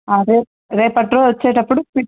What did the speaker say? రేపు రేపటి రోజు వచ్చేటప్పుడు